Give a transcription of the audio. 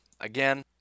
Again